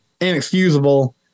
inexcusable